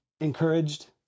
encouraged